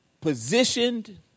positioned